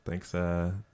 thanks